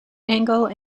angle